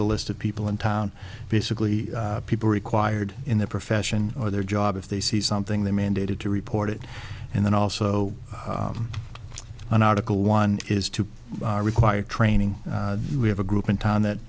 the list of people in town basically people are required in their profession or their job if they see something they mandated to report it and then also on article one is to require training we have a group in town that